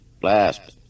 Blast